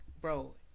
bro